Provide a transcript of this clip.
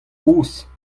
kozh